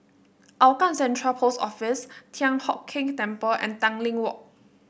Hougang Central Post Office Thian Hock Keng Temple and Tanglin Walk